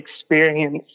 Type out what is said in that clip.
experience